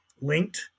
linked